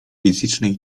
fizycznej